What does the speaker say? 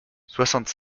soixante